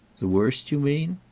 the worst, you mean?